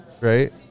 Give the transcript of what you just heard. right